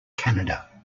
canada